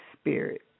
Spirit